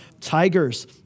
tigers